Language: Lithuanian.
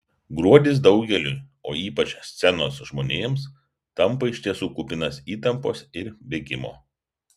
gruodis daugeliui o ypač scenos žmonėms tampa iš tiesų kupinas įtampos ir bėgimo